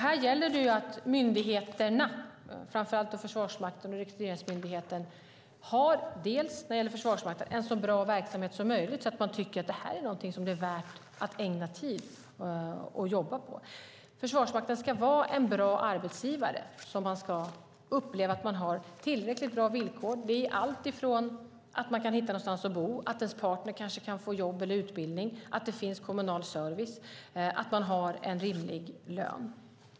Här gäller det att myndigheterna, framför allt Försvarsmakten och Rekryteringsmyndigheten, har en så bra verksamhet som möjligt så att man tycker att detta är någonting som är värt att ägna tid åt att jobba på. Försvarsmakten ska vara en bra arbetsgivare där man ska uppleva att man har tillräckligt bra villkor. Det gäller alltifrån att man kan hitta någonstans att bo, att ens partner kan få jobb eller utbildning, att det finns kommunal service till att man har en rimlig lön.